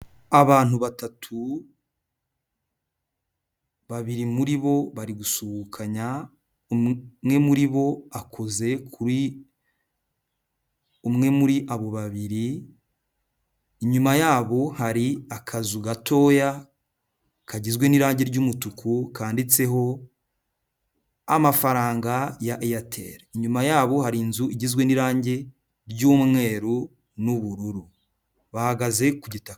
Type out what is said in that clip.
Abantu batatu, babiri muri bo bari gusuhukanya, umwe muri bo akoze kuri umwe muri bo babiri. Inyuma ya hari akazu gatoya kagizwe n'irangi ry'umutuku, kanditseho amafaranga ya eyateli. Inyuma yabo hari inzu igizwe n'irangi ry'umweru n'ubururu bahagaze ku gitaka.